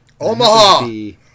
Omaha